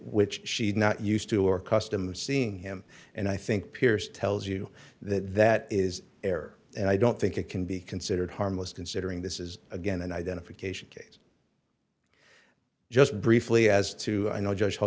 which she had not used to or custom seen him and i think piers tells you that that is fair and i don't think it can be considered harmless considering this is again an identification case just briefly as to i know just how